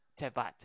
Tebat